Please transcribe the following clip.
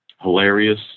Hilarious